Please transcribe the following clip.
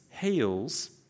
heals